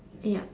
yup